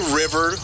river